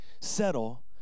settle